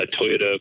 Toyota